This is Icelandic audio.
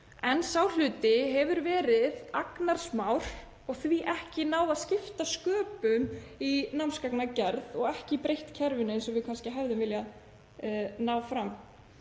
en sá hluti hefur verið agnarsmár og því ekki náð að skipta sköpum í námsgagnagerð og ekki breytt kerfinu eins og kannski við hefðum viljað ná fram.